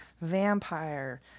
Vampire